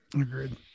Agreed